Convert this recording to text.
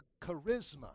charisma